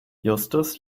justus